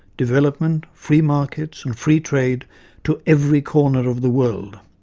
development, free markets, and free trade to every corner of the world'.